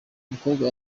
umukobwa